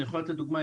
אני יכול לתת דוגמה,